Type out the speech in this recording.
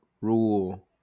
rule